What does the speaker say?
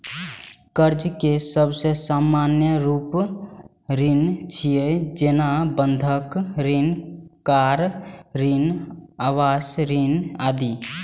कर्ज के सबसं सामान्य रूप ऋण छियै, जेना बंधक ऋण, कार ऋण, आवास ऋण आदि